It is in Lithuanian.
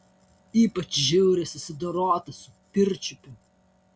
ypač žiauriai susidorota su pirčiupiu